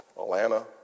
Atlanta